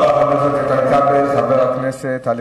חבר הכנסת איתן כבל.